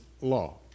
law